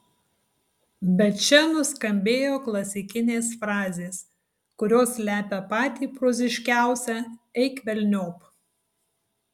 bet čia nuskambėjo klasikinės frazės kurios slepia patį proziškiausią eik velniop